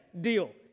deal